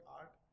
art